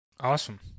Awesome